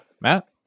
Matt